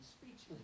speechless